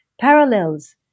parallels